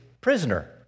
prisoner